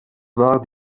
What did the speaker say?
war